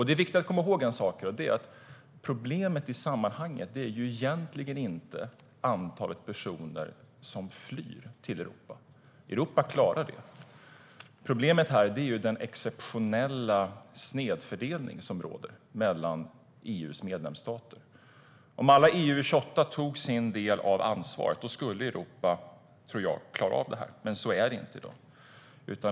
Det är viktigt att komma ihåg en sak, och det är att problemet i sammanhanget egentligen inte är antalet personer som flyr till Europa, för Europa klarar det, utan problemet är den exceptionella snedfördelning som råder mellan EU:s medlemsstater. Om alla i EU-28 tog sin del av ansvaret skulle Europa klara av det här, tror jag. Men så är det inte i dag.